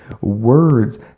Words